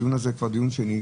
הדיון הזה הוא כבר דיון שני.